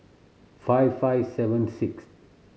five five seven sixth